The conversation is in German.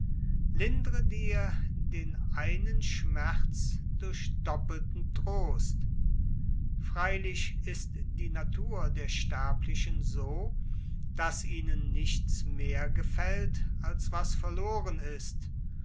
lindre dir den einen schmerz durch doppelten trost freilich ist die natur der sterblichen so daß ihnen nichts mehr gefällt als was verloren ist